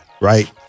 right